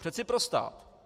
Přece pro stát.